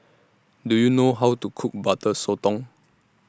Do YOU know How to Cook Butter Sotong